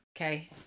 Okay